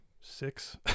six